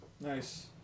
Nice